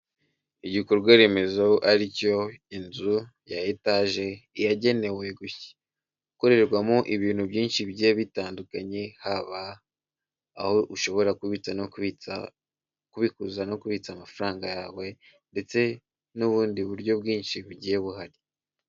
Igikorwa remezo ari cyo inzu ya etaje, yagenewe gukorerwamo ibintu byinshi bigiye bitandukanye, hab aho ushobora kubitsa no kubikuza no kubitsa amafaranga yawe ndetse n'ubundi buryo bwinshi bugiye buhari.